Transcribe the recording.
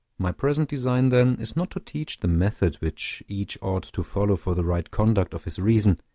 my present design, then, is not to teach the method which each ought to follow for the right conduct of his reason,